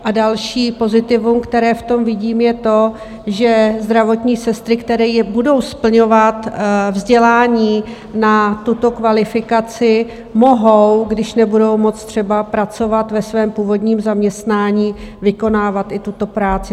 A další pozitivum, které v tom vidím, je to, že zdravotní sestry, které budou splňovat vzdělání na tuto kvalifikaci, mohou, když nebudou moct třeba pracovat ve svém původním zaměstnání, vykonávat i tuto práci.